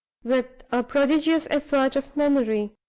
with a prodigious effort of memory.